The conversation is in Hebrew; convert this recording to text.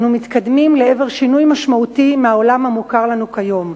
אנו מתקדמים לעבר שינוי משמעותי מהעולם המוכר לנו כיום,